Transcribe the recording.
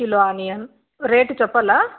kilo onion rate చెప్పాలా